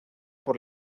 por